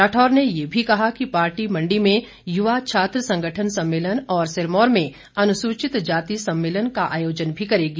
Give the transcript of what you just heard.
राठौर ने ये भी कहा कि पार्टी मंडी में युवा छात्र संगठन सम्मेलन और सिरमौर में अनुसूचितजाति सम्मेलन का आयोजन भी करेगी